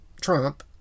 Trump